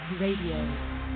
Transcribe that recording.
Radio